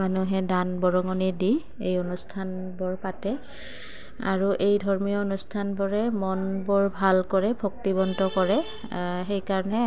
মানুহে দান বৰঙণি দি এই অনুষ্ঠানবোৰ পাতে আৰু এই ধৰ্মীয় অনুষ্ঠানবোৰে মনবোৰ ভাল কৰে ভক্তিবন্ত কৰে সেইকাৰণে